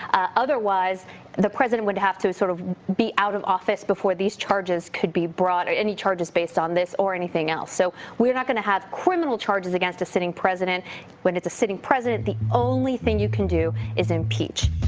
ah otherwise the president would have to sort of be out of office before these charges could be brought any charges based on this or anything else. so we're not going to have criminal charges against a sitting president when it's a sitting president. the only thing you can do is impeach.